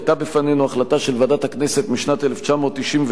היתה בפנינו החלטה של ועדת הכנסת משנת 1997,